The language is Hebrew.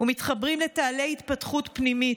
ומתחברים להתפתחות פנימית.